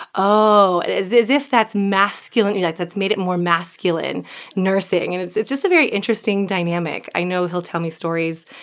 oh and as as if that's masculine you know, like, that's made it more masculine nursing. and it's it's just a very interesting dynamic. i know he'll tell me stories,